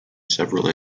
several